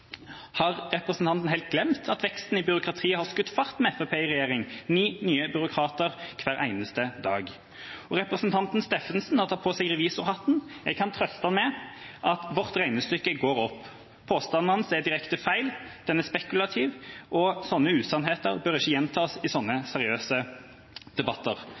Har representanten helt glemt at veksten i byråkrati har skutt fart med Fremskrittspartiet i regjering, med ni nye byråkrater hver eneste dag? Representanten Steffensen har tatt på seg revisorhatten. Jeg kan trøste ham med at vårt regnestykke går opp. Påstanden hans er direkte feil, den er spekulativ, og slike usannheter bør ikke gjentas i slike seriøse debatter.